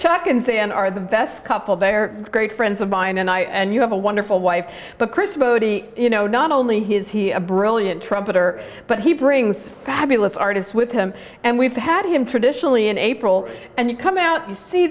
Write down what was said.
checked in say and are the best couple they're great friends of mine and i and you have a wonderful wife but chris botti you know not only his he a brilliant trumpeter but he brings fabulous artists with him and we've had him traditionally in april and you come out you see